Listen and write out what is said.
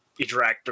interactive